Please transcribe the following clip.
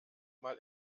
mal